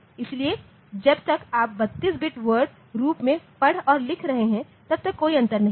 इसलिए जब तक आप 32 बिट वर्ड के रूप में पढ़ और लिख रहे हैं तब तक कोई अंतर नहीं है